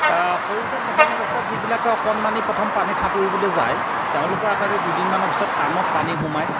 সৰুতে প্ৰথম অৱস্থাত যিবিলাকে অকণমানি প্ৰথম পানীত সাঁতুৰিবলৈ যায় তেওঁলোকৰ আটাইৰে দুদিনমানৰ পাছত কাণত পানীত সোমায়